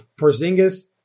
Porzingis